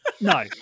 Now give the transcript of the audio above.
No